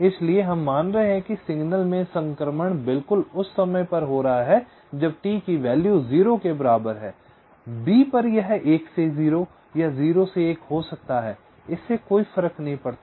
इसलिए हम मान रहे हैं कि सिग्नल में संक्रमण बिलकुल उस समय पर हो रहा है जब t की वैल्यू 0 के बराबर है b पर यह 1 से 0 या 0 से 1 हो सकता है इससे कोई फर्क नहीं पड़ता